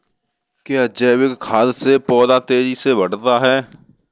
क्या जैविक खाद से पौधा तेजी से बढ़ता है?